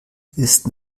ist